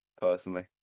personally